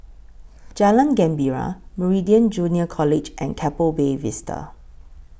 Jalan Gembira Meridian Junior College and Keppel Bay Vista